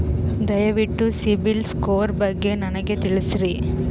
ದಯವಿಟ್ಟು ಸಿಬಿಲ್ ಸ್ಕೋರ್ ಬಗ್ಗೆ ನನಗ ತಿಳಸರಿ?